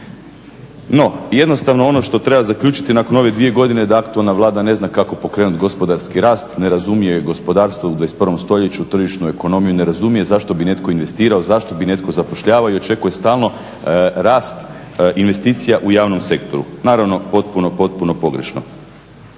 No, jednostavno ono što treba zaključiti nakon ove dvije godine da aktualna Vlada ne zna kako pokrenuti gospodarski rast, ne razumije gospodarstvo u 21. stoljeću, tržišnu ekonomiju, ne razumije zašto bi netko investirao, zašto bi netko zapošljavao i očekuje stalno rast investicija u javnom sektoru. Naravno potpuno, potpuno pogrešno.